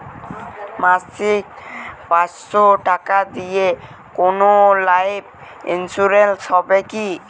মাসিক পাঁচশো টাকা দিয়ে কোনো লাইফ ইন্সুরেন্স হবে কি?